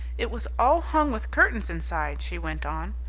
it was all hung with curtains inside, she went on,